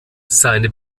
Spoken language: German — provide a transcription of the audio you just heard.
seine